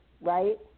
right